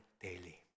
daily